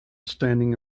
standing